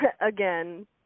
again